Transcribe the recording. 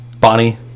Bonnie